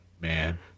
man